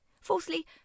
fourthly